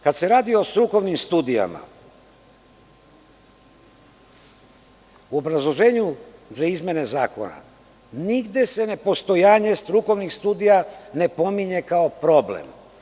Kada se radi o strukovnim studijama, u obrazloženju za izmene zakona, nigde se ne postojanje strukovnih studija ne pominje kao problem.